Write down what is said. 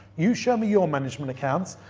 you show me your management accounts.